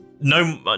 no